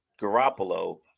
Garoppolo